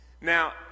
Now